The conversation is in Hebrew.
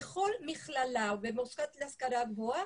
בכל מכללה או במוסד להשכלה גבוהה,